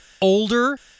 older